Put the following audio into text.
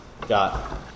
got